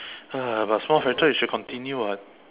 ah but so much better you should continue [what]